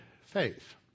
faith